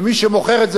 ומי שמוכר את זה,